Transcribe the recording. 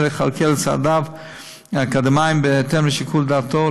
לכלכל את צעדיו האקדמיים בהתאם לשיקול דעתו,